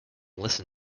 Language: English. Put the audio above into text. listen